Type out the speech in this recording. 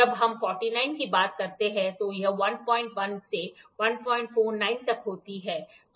जब हम 49 की बात करते हैं तो यह 11 से 149 तक होती है